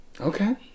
Okay